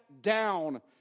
down